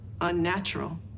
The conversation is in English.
unnatural